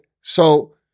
So-